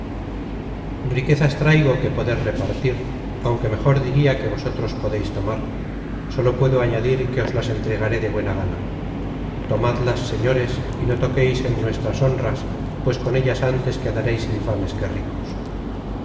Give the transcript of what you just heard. riquezas traigo que poder repartir aunque mejor diria que vosotros podeis tomar sólo puedo añadir que os las entregaré de buena gana tomadlas señores y no toqueis en nuestras honras pues con ellas antes quedareis infames que ricos